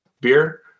beer